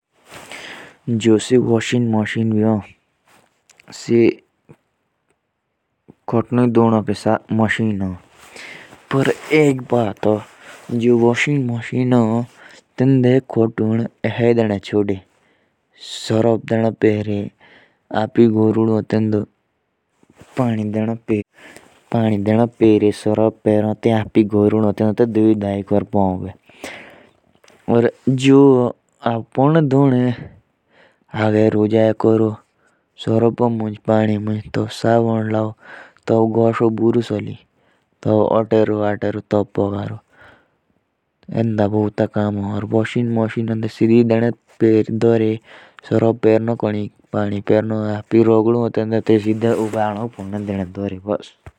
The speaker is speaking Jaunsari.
जो washing machine होती ह। तो उसमें कपड़े धोने की ज़रूरत ही नी होती।